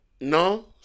No